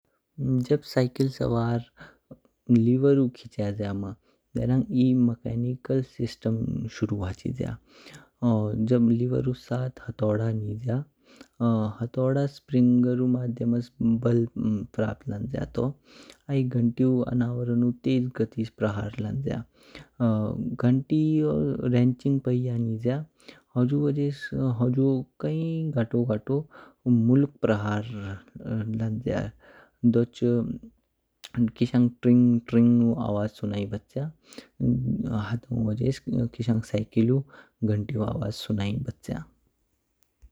जब साइकिल स्वार लिवेरु खिच्यज्या मम देहरंग एह्ह मकेचिनिकल सिस्टम शुरू हाचिज्या। जब लिवेरु साथ हथोड़ा निज्या हथोड़ा स्प्रिंगरु माध्यमस भल प्राप्त लन्ज्या तो आई घंटिउ अनावरनु तेज गतीस प्रहर लन्ज्या। घंटिउ रेनचिंग पहिया निज्या, हुजु वजहस होजो काई घटो घटो मुलुक प्रहर लन्ज्या। दोच्छ किशंग त्रिंग त्रिंग ऊ आवाज सुनै बच्या। हतानु वजहस किशंग सायकलु घंटिउ आवाज सुनै बच्या।